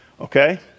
Okay